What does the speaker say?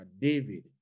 David